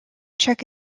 check